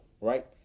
right